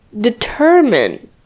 determine